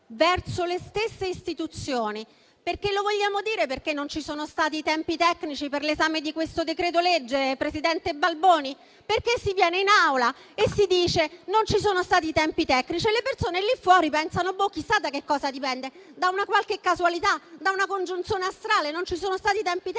verso le stesse istituzioni. Vogliamo dire perché non ci sono stati i tempi tecnici per l'esame di questo decreto-legge, presidente Balboni? Si viene in Aula e si dice che non ci sono stati i tempi tecnici e le persone fuori da qui pensano da chissà cosa dipende, se da qualche casualità o da una congiunzione astrale. Ma il fatto che non ci siano stati i tempi tecnici